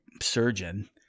surgeon